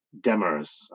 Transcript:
Demers